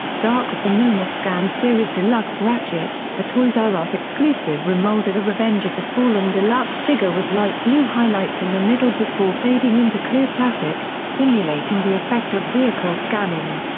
dark of the moon the scan series deluxe ratchet a toys r us exclusive remold of the revenge of the fallen deluxe figure with light blue highlights in the middle before fading into clear plastic, simulating the effect of vehicle scanning.